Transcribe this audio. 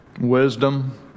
wisdom